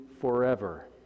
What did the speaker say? forever